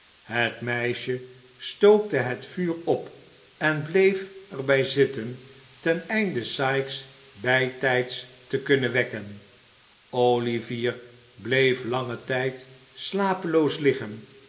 het meisje stookte het vuur op en bleef er bij zitten ten einde sikes bijtijds te kunnen wekken olivier bleef langen tijd slapeloos liggen